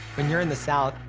when you're in the south,